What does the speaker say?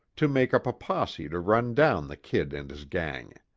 to make up a posse to run down the kid and his gang.